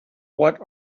what